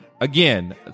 again